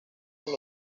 los